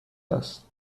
است